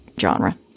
genre